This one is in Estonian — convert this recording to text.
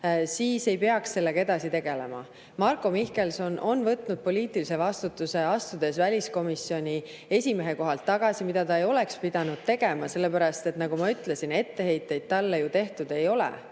siis ei peaks sellega edasi tegelema. Marko Mihkelson on võtnud poliitilise vastutuse, astudes väliskomisjoni esimehe kohalt tagasi, mida ta ei oleks pidanud tegema, sellepärast et, nagu ma ütlesin, etteheiteid talle tehtud ei ole.